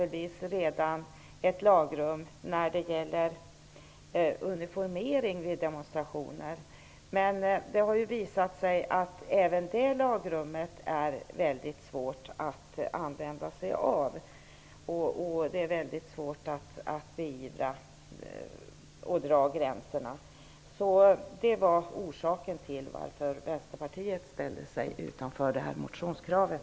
Det finns redan ett lagrum som gäller uniformering vid demonstrationer, men det har visat sig att även det lagrummet är väldigt svårt att använda sig av. Det är mycket svårt att dra gränserna och beivra överträdelser. Det är orsaken till att Vänsterpartiet ställer sig utanför motionskravet.